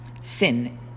Sin